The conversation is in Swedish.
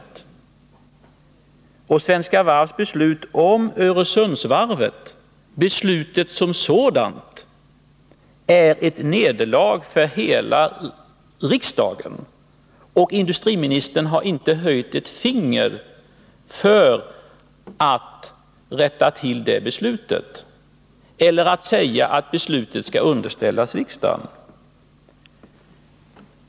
Det beslut som Svenska Varv fattat om Öresundsvarvet är ett nederlag för riksdagen i dess helhet. Industriministern har inte höjt ett finger för att rätta till det beslutet eller för att det skall underställas riksdagen.